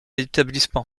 établissement